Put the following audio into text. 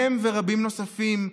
הם ורבים נוספים,